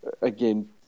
again